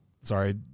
sorry